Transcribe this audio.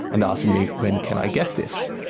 and asking me, when can i get this?